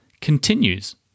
continues